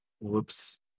Whoops